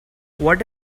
what